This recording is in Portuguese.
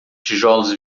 tijolos